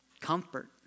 comfort